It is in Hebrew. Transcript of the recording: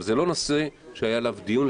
אבל זה לא נושא שהיה עליו דיון,